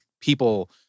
people